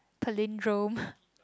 palindrome